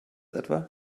etwa